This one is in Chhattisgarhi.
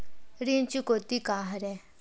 ऋण चुकौती का हरय?